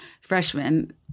freshman